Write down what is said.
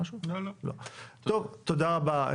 רבה,